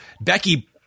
Becky